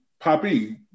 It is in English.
poppy